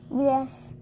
Yes